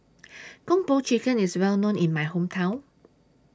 Kung Po Chicken IS Well known in My Hometown